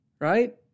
right